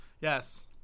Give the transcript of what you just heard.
Yes